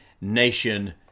nation